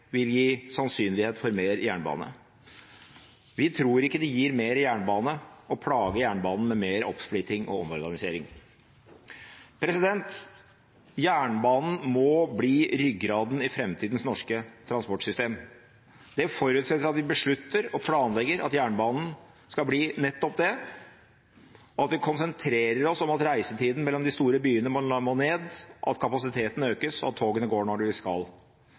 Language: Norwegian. vil gi sannsynlighet for mer jernbane. Vi tror ikke det gir mer jernbane å plage jernbanen med mer oppsplitting og omorganisering. Jernbanen må bli ryggraden i fremtidens norske transportsystem. Det forutsetter at vi beslutter og planlegger at jernbanen skal bli nettopp det, at vi konsentrerer oss om at reisetiden mellom de store byene må ned, at kapasiteten økes, og at togene går når de skal.